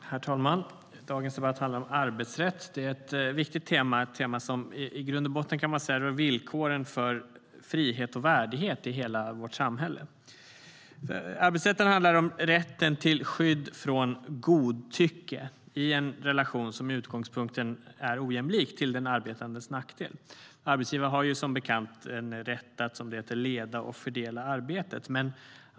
Herr talman! Dagens debatt handlar om arbetsrätt. Det är ett viktigt tema, ett tema som man kan säga i grund och botten rör villkoren för frihet och värdighet i hela vårt samhälle. Arbetsrätten handlar om rätten till skydd från godtycke i en relation som i utgångspunkten är ojämlik till den arbetandes nackdel. Arbetsgivaren har ju som bekant rätt att som det heter leda och fördela arbetet.